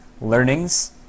learnings